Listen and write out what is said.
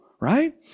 Right